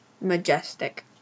Majestic